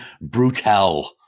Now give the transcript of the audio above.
brutal